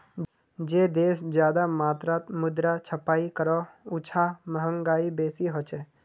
जे देश ज्यादा मात्रात मुद्रा छपाई करोह उछां महगाई बेसी होछे